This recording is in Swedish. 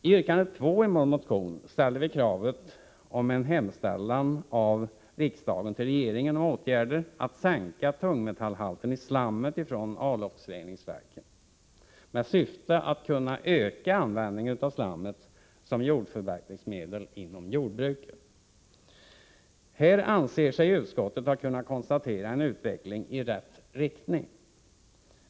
I yrkande nr 2 i vår motion ställer vi krav på en hemställan från riksdagen till regeringen om åtgärder för att sänka tungmetallhalten i slammet från avloppsreningsverken med syftet att kunna öka användningen av slammet som jordförbättringsmedel inom jordbruket. Här anser sig utskottet ha kunnat konstatera en utveckling i rätt riktning.